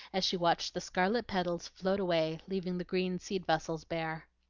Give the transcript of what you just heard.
as she watched the scarlet petals float away leaving the green seed-vessels bare.